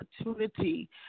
opportunity